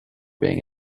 being